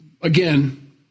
again